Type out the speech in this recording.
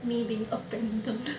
me being abandoned